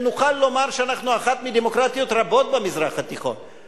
שנוכל לומר שאנחנו אחת מדמוקרטיות רבות במזרח התיכון.